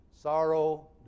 Sorrow